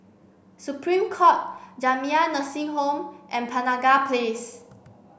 Supreme Court Jamiyah Nursing Home and Penaga Place